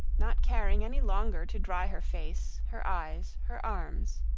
not caring any longer to dry her face, her eyes, her arms.